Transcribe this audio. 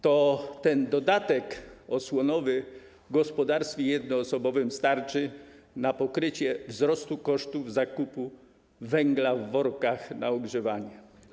Ten dodatek osłonowy w gospodarstwie jednoosobowym starczy zatem na pokrycie wzrostu kosztów zakupu węgla w workach na ogrzewanie.